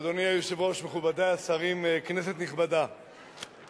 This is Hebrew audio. אדוני היושב-ראש, מכובדי השרים, כנסת נכבדה,